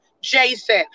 Jason